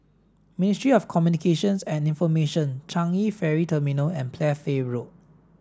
Ministry of Communications and Information Changi Ferry Terminal and Playfair Road